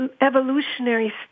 evolutionary